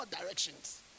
directions